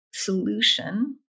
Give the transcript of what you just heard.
solution